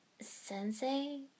Sensei